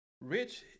Rich